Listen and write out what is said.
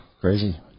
Crazy